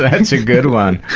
that's a good one.